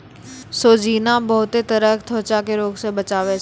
सोजीना बहुते तरह के त्वचा रोग से बचावै छै